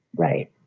right.